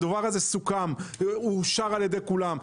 זה סוכם, אושר על ידי כולם.